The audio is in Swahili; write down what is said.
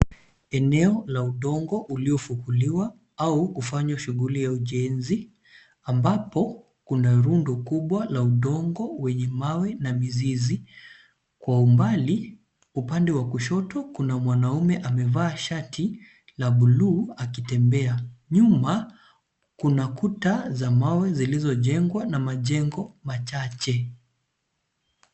Eneo la udongo uliofuguliwa au kufanywa shughuli la ujenzi ambapo kuna rundo kubwa la udongo na mizizi, kwa umbali upande wa kushoto kuna mwanaume amevaa shati la bluu akitembea, nyuma kuta za mawe zilizojengwa na majengo machache.